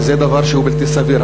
וזה דבר שהוא בלתי סביר.